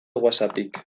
whatsappik